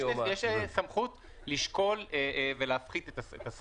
יש סמכות לשקול ולהפחית את הסכום.